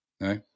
No